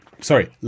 Sorry